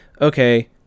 okay